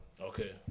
Okay